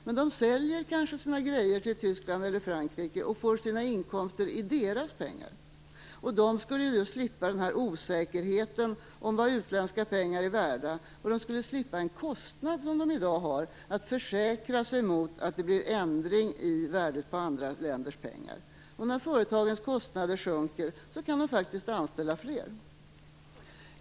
Men de säljer kanske sina grejer till Tyskland eller Frankrike och får sina inkomster i dessa länders pengar. Företagen skulle slippa osäkerheten om vad utländska pengar är värda, och de skulle slippa en kostnad som de har i dag för att försäkra sig mot att det blir ändring i värdet på andra länders pengar. När företagens kostnader sjunker kan de faktiskt anställa fler.